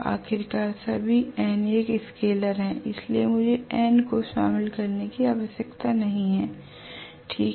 आखिरकार सभी N एक स्केलर है इसलिए मुझे N को शामिल करने की आवश्यकता नहीं है ठीक है